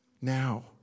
now